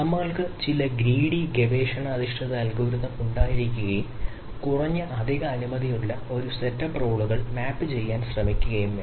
നമ്മൾക്ക് ചില ഗ്രീഡി ഉണ്ടായിരിക്കുകയും കുറഞ്ഞ അധിക അനുമതികളുള്ള ഒരു സെറ്റ് അപ്പ് റോളുകൾ മാപ്പുചെയ്യാൻ ശ്രമിക്കുകയും വേണം